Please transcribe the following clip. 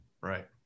Right